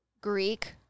Greek